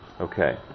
Okay